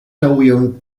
żałuję